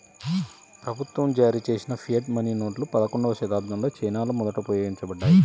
ప్రభుత్వం జారీచేసిన fiat money నోట్లు పదకొండవ శతాబ్దంలో చైనాలో మొదట ఉపయోగించబడ్డాయి